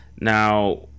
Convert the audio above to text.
Now